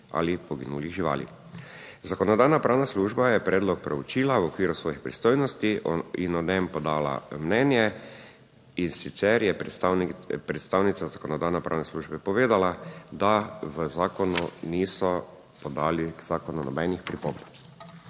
ali poginulih živali. Zakonodajno-pravna služba je predlog proučila v okviru svojih pristojnosti in o njem podala mnenje. In sicer je predstavnica Zakonodajno-pravne službe povedala, da v zakonu niso podali k zakonu nobenih pripomb.